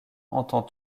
entend